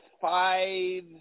five